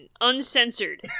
Uncensored